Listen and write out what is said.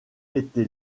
été